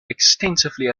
extensively